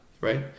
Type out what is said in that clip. right